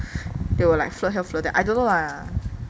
they will like float here float there I don't know lah